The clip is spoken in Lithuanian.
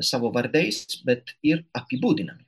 savo vardais bet ir apibūdinami